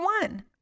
one